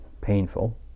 painful